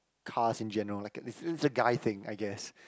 cars in general like it it's it's a guy thing I guess